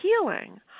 healing